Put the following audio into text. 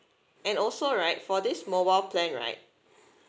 and also right for this mobile plan right